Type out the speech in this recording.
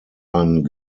ein